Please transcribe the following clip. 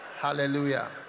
Hallelujah